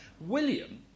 William